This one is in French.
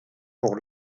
pour